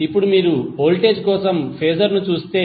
ఇప్పుడు మీరు వోల్టేజ్ కోసం ఫేజర్ ను చూస్తే